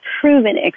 proven